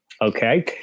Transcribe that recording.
okay